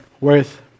worth